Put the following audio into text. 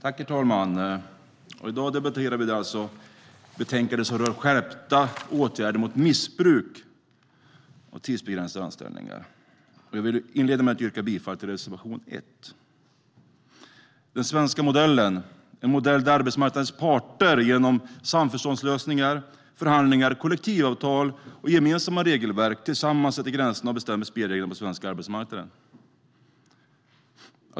Herr talman! I dag debatterar vi det betänkande som rör skärpta åtgärder mot missbruk av tidsbegränsade anställningar. Jag vill inleda med att yrka bifall till reservation 1. Den svenska modellen är en modell där arbetsmarknadens parter genom samförståndslösningar, förhandlingar, kollektivavtal och gemensamma regelverk tillsammans sätter gränserna och bestämmer spelreglerna på den svenska arbetsmarknaden.